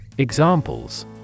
Examples